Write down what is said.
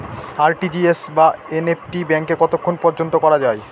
RTGS বা NEFT ব্যাংকে কতক্ষণ পর্যন্ত করা যায়?